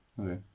Okay